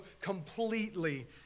completely